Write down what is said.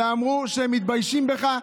והם אמרו שהם מתביישים בך,